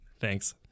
Thanks